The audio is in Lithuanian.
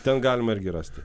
ten galima irgi rasti